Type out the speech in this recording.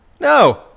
no